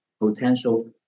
potential